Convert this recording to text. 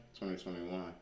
2021